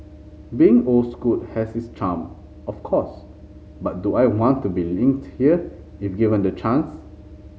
being old school has its charm of course but do I want to be inked here if given the chance